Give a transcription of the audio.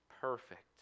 perfect